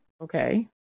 Okay